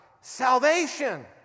salvation